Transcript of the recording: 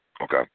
Okay